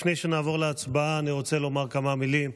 לפני שנעבור להצבעה, אני רוצה לומר כמה מילים,